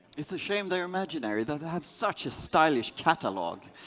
it's a shame they are imaginary. they have such a stylish catalog.